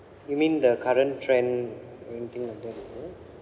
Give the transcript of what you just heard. you mean the current trend anything like that also